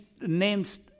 names